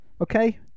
Okay